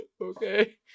okay